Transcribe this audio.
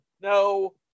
no